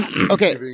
okay